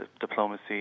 diplomacy